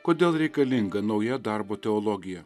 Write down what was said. kodėl reikalinga nauja darbo teologija